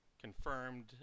confirmed